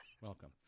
welcome